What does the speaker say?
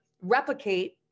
replicate